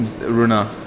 Rona